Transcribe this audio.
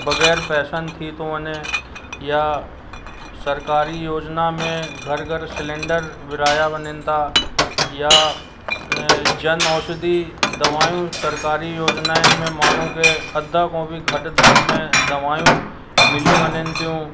बगैर पैसनि थी थो वञे या सरकारी योजिना में घरु घरु सिलेंडर विराया वञिन था या जन औषिधी दवायूं सरकारी योजिनाइनि में माण्हूअ खे अधु खां बि घटि दाम में दवायूं मिली वञनि थियूं